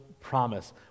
promise